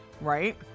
Right